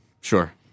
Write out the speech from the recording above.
Sure